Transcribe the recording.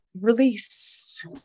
release